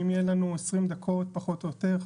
אם יהיה לנו 20 דקות פחות או יותר,